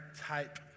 type